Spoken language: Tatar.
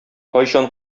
кайчан